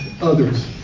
others